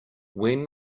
when